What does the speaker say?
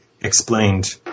explained